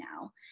now